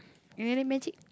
you want learn magic